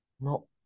No